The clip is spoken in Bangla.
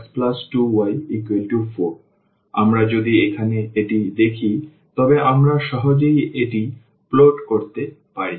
সুতরাং আমরা যদি এখানে এটি দেখি তবে আমরা সহজেই এটি প্লট করতে পারি